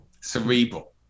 Cerebral